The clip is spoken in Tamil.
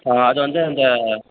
ஆ அது வந்து அந்த